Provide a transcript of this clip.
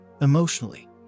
emotionally